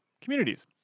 communities